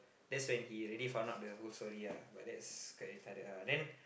that's when he already found out the whole story ah but that's quite retarded ah then